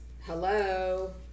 Hello